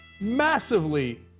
Massively